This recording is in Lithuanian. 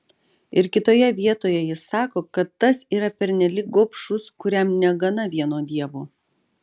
ir kitoje vietoje jis sako kad tas yra pernelyg gobšus kuriam negana vieno dievo